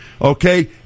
Okay